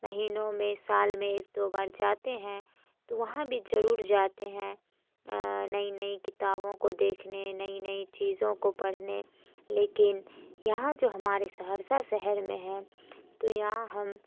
مہینوں میں سال میں ایک دو بار جاتے ہیں تو وہاں بھی ضرور جاتے ہیں نئی نئی کتابوں کو دیکھنے نئی نئی چیزوں کو پڑھنے لیکن یہاں جو ہمارے سہرسہ شہر میں ہے تو یہاں ہم